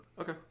Okay